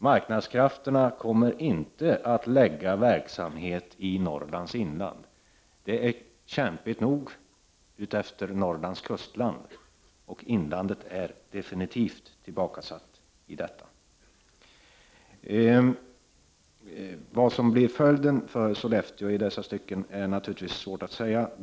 Marknadskrafterna kommer inte att lägga verksamhet i Norrlands inland. Det är kämpigt nog utefter Norrlands kustland, och inlandet är definitivt tillbakasatt. Vad som blir följden för Sollefteå i dessa stycken är naturligtvis svårt att säga.